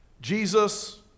Jesus